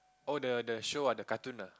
oh the the show ah the cartoon ah